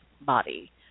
body